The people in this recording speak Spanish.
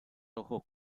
ojos